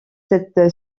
cette